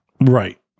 Right